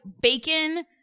bacon-